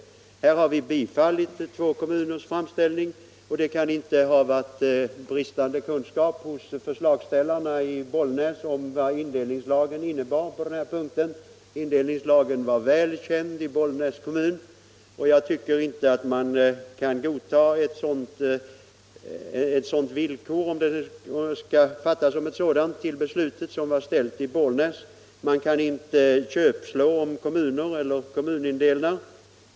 Här har vi bifallit två kommuners framställning, och det kan inte ha varit bristande kunskap hos förslagsställarna i Bollnäs om vad indelningslagen innebär på den här punkten. Indelningslagen var väl känd i Bollnäs kommun, och jag tycker inte att man kan godta ett sådant villkor — om det nu skall uppfattas som ett sådant — för beslutet, som har ställts i Bollnäs. Man kan inte köpslå om kommunindelningar.